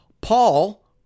Paul